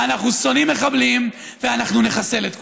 אנחנו שונאים מחבלים ואנחנו נחסל את כולם.